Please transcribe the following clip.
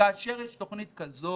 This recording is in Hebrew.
כאשר יש תוכנית כזו